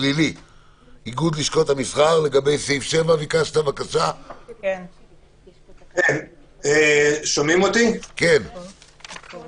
לגבי סעיף 7. בבקשה.